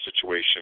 situation